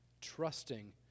trusting